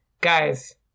Guys